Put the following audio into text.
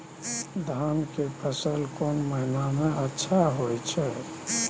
धान के फसल कोन महिना में अच्छा होय छै?